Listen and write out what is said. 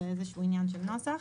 זה איזשהו עניין של נוסח.